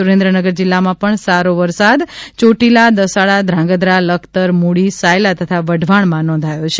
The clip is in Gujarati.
સુરેન્દ્રનગર જિલ્લામાં પણ સારો વરસાદ ચોટીલા દસાડા ધ્રાંગધ્રા લખતર મૂળી સાયલા તથા વઢવાણમાં નોંધાયો છે